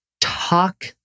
talk